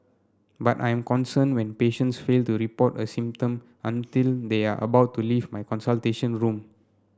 but I am concerned when patients fail to report a symptom until they are about to leave my consultation room